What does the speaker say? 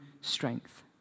strength